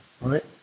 right